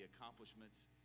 accomplishments